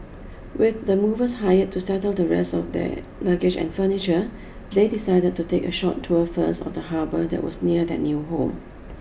with the movers hired to settle the rest of their luggage and furniture they decided to take a short tour first of the harbour that was near their new home